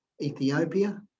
Ethiopia